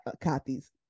copies